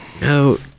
no